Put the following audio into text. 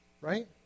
Right